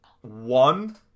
One